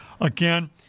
Again